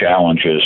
challenges